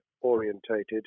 orientated